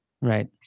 Right